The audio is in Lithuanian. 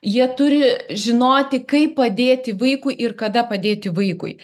jie turi žinoti kaip padėti vaikui ir kada padėti vaikui